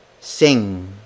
sing